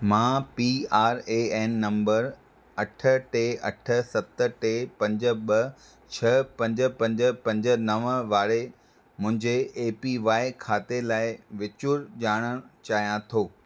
मां P R A N नंबरु अठ टे अठ सत टे पंज ॿ छह पंज पंज पंज नव वारे मुंहिंजे ए पी वाए खाते लाइ विचुर ॼाणणु चाहियां थो